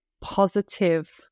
positive